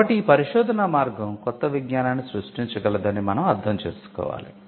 కాబట్టి ఈ పరిశోధనా మార్గం కొత్త విజ్ఞానాన్ని సృష్టించగలదు అని మనం అర్ధం చేసుకోవాలి